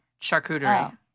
charcuterie